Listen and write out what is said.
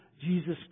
Jesus